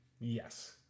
Yes